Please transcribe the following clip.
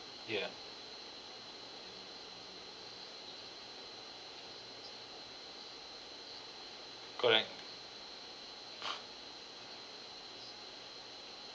ya correct